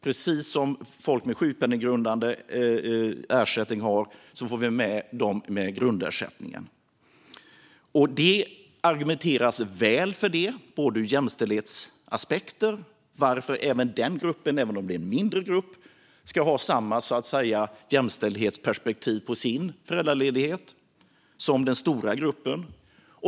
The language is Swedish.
Precis som folk med rätt till sjukpenninggrundande ersättning får de grundersättningen. Det argumenteras väl för det från jämställdhetsaspekter. Även om det är en mindre grupp ska det vara samma jämställdhetsperspektiv på deras föräldraledighet som för den stora gruppen.